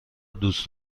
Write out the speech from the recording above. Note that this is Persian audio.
دوست